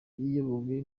iyobowe